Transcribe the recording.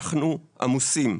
אנחנו עמוסים,